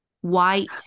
white